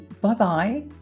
bye-bye